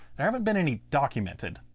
there haven't been any documented.